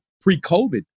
pre-COVID